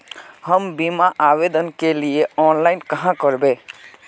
हम बीमा आवेदान के लिए ऑनलाइन कहाँ करबे?